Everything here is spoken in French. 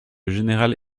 général